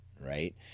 right